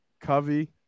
Covey